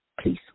Please